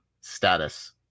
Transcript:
status